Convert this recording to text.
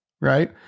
right